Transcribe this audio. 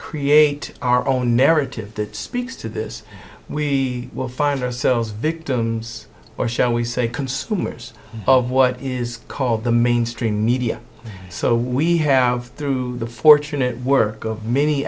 create our own narrative that speaks to this we will find ourselves victims or shall we say consumers of what is called the mainstream media so we have through the fortunate work of many